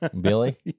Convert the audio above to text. Billy